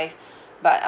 but